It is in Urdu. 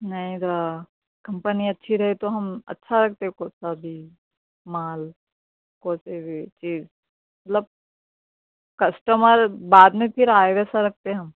نہیں کمپنی اچھی رہے تو ہم اچھا ٹیپ ہوتا جی مال کاپی بھی جی مطلب کسٹمر بعد میں پھر آئے گا سر آپ کے یہاں